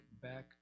back